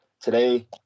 Today